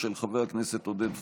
של חבר הכנסת עודד פורר,